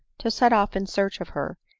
to set off in search of her,